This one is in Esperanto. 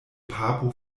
papo